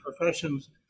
professions